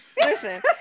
Listen